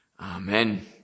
Amen